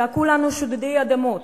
צעקו לנו: שודדי אדמות,